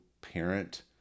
parent